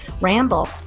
ramble